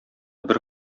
бер